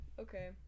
Okay